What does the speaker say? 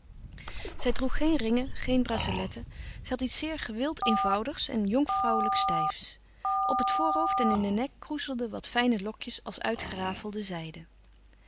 zij droeg geen ringen geen braceletten zij had iets zeer gewild eenvoudigs en jonkvrouwelijk stijfs op het voorhoofd en in den nek kroezelden wat fijne lokjes als uitgerafelde